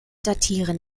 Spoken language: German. datieren